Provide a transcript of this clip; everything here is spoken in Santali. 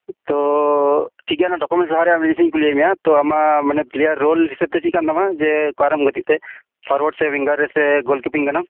ᱛᱳ ᱴᱷᱤᱠ ᱜᱮᱭᱟ ᱚᱱᱟ ᱰᱚᱠᱩᱢᱮᱱᱴ ᱞᱟᱦᱟ ᱟᱨ ᱢᱤᱫᱷᱟᱣ ᱤᱧ ᱠᱩᱞᱤᱭᱮᱫ ᱢᱮᱭᱟ ᱟᱢᱟᱜ ᱢᱟᱱᱮ ᱯᱞᱮᱭᱟᱨ ᱨᱳᱞ ᱦᱤᱥᱟᱹᱛᱮ ᱪᱮᱫ ᱠᱟᱱᱛᱟᱢᱟ ᱚᱠᱟᱨᱮᱢ ᱜᱟᱛᱮᱜ ᱛᱮ ᱯᱷᱚᱨᱣᱭᱟᱰ ᱥᱮ ᱩᱭᱤᱝᱜᱟᱨ ᱨᱮᱥᱮ ᱜᱳᱞᱠᱤᱯᱤᱝ ᱠᱟᱱᱟᱢ